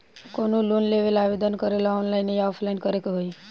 कवनो लोन लेवेंला आवेदन करेला आनलाइन या ऑफलाइन करे के होई?